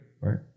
Right